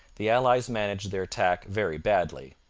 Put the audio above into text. the allies managed their attack very badly.